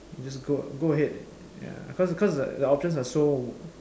you just go go ahead ya cause cause the options are so